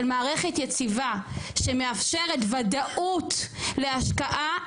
מערכת יציבה שמאפשרת וודאות להשקעה,